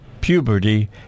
puberty